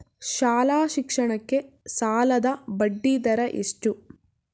ಶಾಲಾ ಶಿಕ್ಷಣಕ್ಕೆ ಸಾಲದ ಬಡ್ಡಿದರ ಎಷ್ಟು?